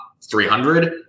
300